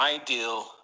ideal